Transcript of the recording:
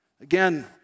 Again